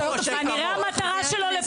אתה סתם מתפרץ.